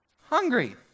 hungry